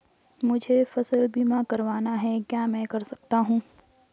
मुझे फसल बीमा करवाना है क्या मैं कर सकता हूँ?